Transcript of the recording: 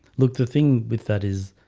look the thing with that is